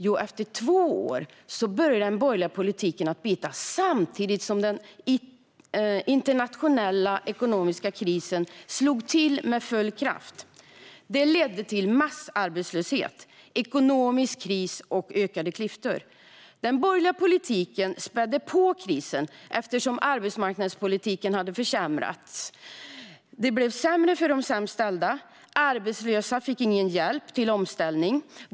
Jo, efter två år började den borgerliga politiken att bita samtidigt som den internationella ekonomiska krisen slog till med full kraft. Det ledde till massarbetslöshet, ekonomisk kris och ökade klyftor. Den borgerliga politiken spädde på krisen eftersom arbetsmarknadspolitiken hade försämrats. Det blev sämre för dem som hade det sämst ställt. Arbetslösa fick ingen hjälp till omställning.